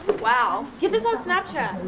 wow. get this on snapchat.